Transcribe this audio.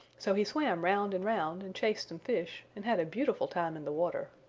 so he swam round and round and chased some fish and had a beautiful time in the water.